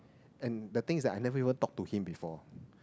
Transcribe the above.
and the thing is I never ever talked to him before